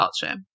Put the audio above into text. culture